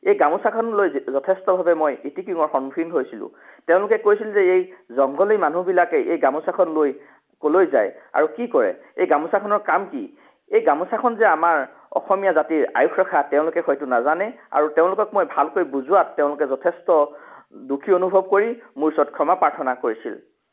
এই গামোচাখন লৈ যথেষ্টভাৱে মই ইতিকিঙৰ সন্মুখীন হৈছিলোঁ তেওঁলোকে কৈছিল যে এই জংঘলী মানুহবিলাকে এই গামোচাখন লৈ ক'লৈ যায় আৰু কি কৰে এই গামোচাখনৰ কাম কি এই গামোচাখন যে আমাৰ অসমীয়া জাতিৰ আয়ুস ৰেখা তেওঁলোকে হয়টো নাজানে আৰু তেওঁলোকক মই ভালকৈ বুজোৱাত তেওঁলোকে যথেষ্ট দুখী অনুভৱ কৰি মোৰ ওচৰত ক্ষমা প্ৰাৰ্থনা কৰিছিল